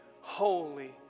holy